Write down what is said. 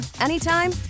anytime